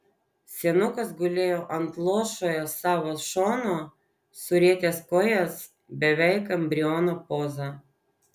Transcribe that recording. senukas gulėjo ant luošojo savo šono surietęs kojas beveik embriono poza